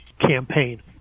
campaign